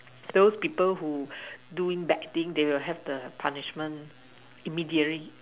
those people who doing bad thing they will have punishment immediately